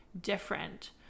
different